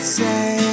say